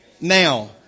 now